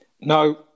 No